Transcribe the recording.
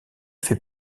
fait